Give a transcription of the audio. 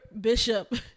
Bishop